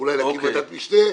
אולי להקים ועדת משנה,